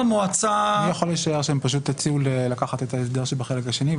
אני יכול לשער שהם פשוט הציעו לקחת את ההסדר שבחלק השני,